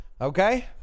Okay